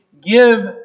give